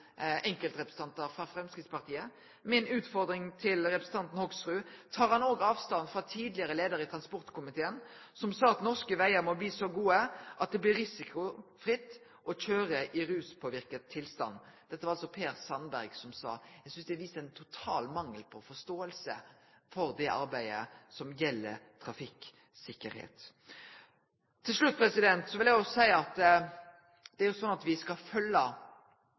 enkeltrepresentantar frå Framstegspartiet. Mi utfordring til representanten Hoksrud er: Tek han òg avstand frå det tidlegare leiar i transportkomiteen sa om at norske vegar må bli så gode at det blir risikofritt å køyre i ruspåverka tilstand. Det var det Per Sandberg som sa. Eg synest det viser ein total mangel på forståing for det arbeidet som gjeld trafikksikkerheit. Til slutt vil eg seie at det er jo slik at me skal